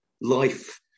life